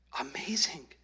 Amazing